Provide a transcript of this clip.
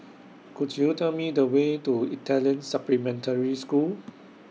Could YOU Tell Me The Way to Italian Supplementary School